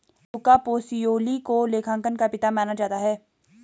लुका Pacioli को लेखांकन का पिता माना जाता है